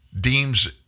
deems